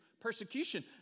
persecution